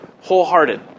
wholehearted